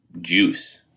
juice